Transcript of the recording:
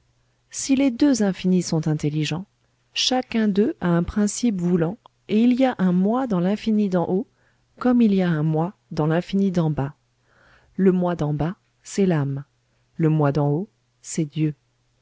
si les deux infinis sont intelligents chacun d'eux a un principe voulant et il y a un moi dans l'infini d'en haut comme il y a un moi dans l'infini d'en bas le moi d'en bas c'est l'âme le moi d'en haut c'est dieu